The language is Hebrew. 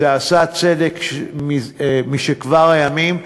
זה עשה צדק משכבר הימים.